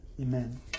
Amen